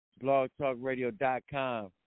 blogtalkradio.com